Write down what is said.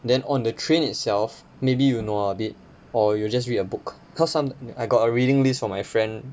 then on the train itself maybe you nua a bit or you just read a book cause some I got a reading list from my friend